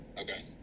Okay